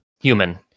Human